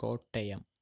Kottayam